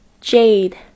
Jade